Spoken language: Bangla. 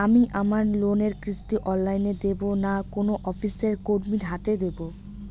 আমি আমার লোনের কিস্তি অনলাইন দেবো না কোনো অফিসের কর্মীর হাতে দেবো?